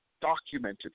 documented